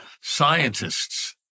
scientists